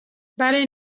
برای